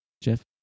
Jeff